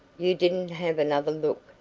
you didn't have another look,